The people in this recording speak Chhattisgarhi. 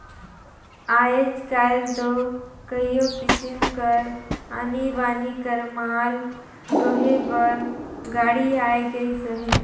आएज काएल दो कइयो किसिम कर आनी बानी कर माल डोहे बर गाड़ी आए गइस अहे